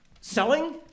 Selling